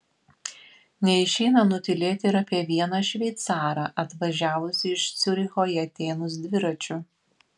neišeina nutylėti ir apie vieną šveicarą atvažiavusį iš ciuricho į atėnus dviračiu